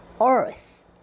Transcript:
Earth